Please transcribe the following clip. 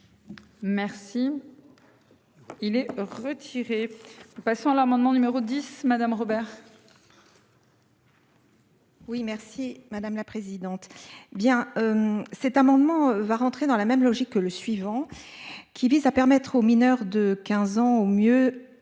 Merci. Il est retiré. De patient l'amendement numéro 10, madame Robert. Oui merci madame la présidente. Bien. Cet amendement va rentrer dans la même logique que le suivant qui vise à permettre aux mineurs de 15 ans au mieux